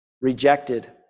rejected